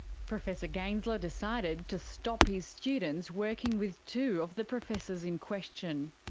professor gaensler decided to stop his students working with two of the professors in question.